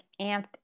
amped